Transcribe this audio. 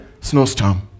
snowstorm